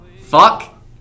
fuck